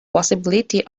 possibility